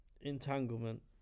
entanglement